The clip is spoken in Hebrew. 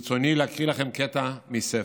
ברצוני להקריא לכם קטע מספר: